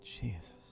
Jesus